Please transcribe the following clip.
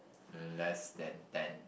uh less than ten